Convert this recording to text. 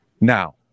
now